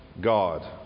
God